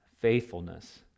faithfulness